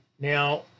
Now